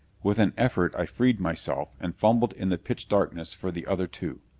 with an effort i freed myself and fumbled in the pitch darkness for the other two.